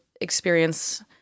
experience